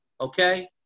okay